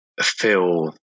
feel